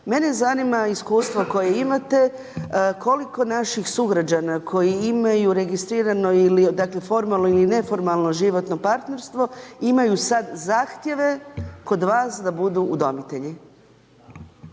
Mene zanima iskustvo koje imate, koliko naših sugrađana koji imaju registrirano ili formalno ili neformalno životno partnerstvo, imaju sada zahtjeve kod vas da budu udomitelji.